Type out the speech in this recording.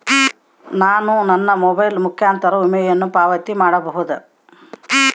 ನಾನು ನನ್ನ ಮೊಬೈಲ್ ಮುಖಾಂತರ ವಿಮೆಯನ್ನು ಪಾವತಿ ಮಾಡಬಹುದಾ?